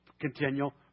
continual